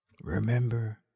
Remember